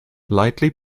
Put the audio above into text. lightly